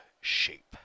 shape